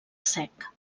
sec